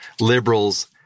Liberals